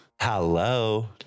Hello